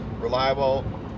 reliable